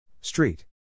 Street